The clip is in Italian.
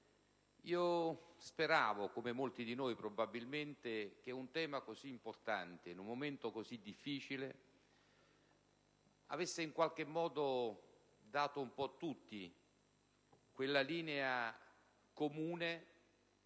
Speravo, come molti di noi probabilmente, che un tema così importante in un momento così difficile avesse suggerito un po' a tutti di seguire quella linea comune